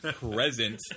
present